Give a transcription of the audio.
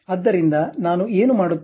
ಆದ್ದರಿಂದ ನಾನು ಏನು ಮಾಡುತ್ತೇನೆ